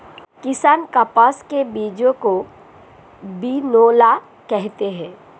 किसान कपास के बीज को बिनौला कहते है